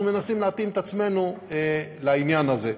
אנחנו מנסים להתאים את עצמנו לעניין הזה.